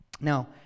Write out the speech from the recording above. Now